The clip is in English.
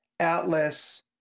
atlas